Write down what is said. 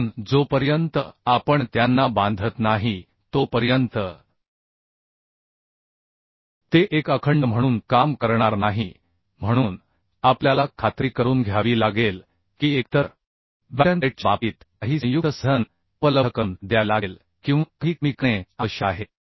म्हणून जोपर्यंत आपण त्यांना बांधत नाही तोपर्यंत ते एक अखंड म्हणून काम करणार नाही म्हणून आपल्याला खात्री करून घ्यावी लागेल की एकतर बॅटन प्लेटच्या बाबतीत काही संयुक्त साधन उपलब्ध करून द्यावे लागेल किंवा काही कमी करणे आवश्यक आहे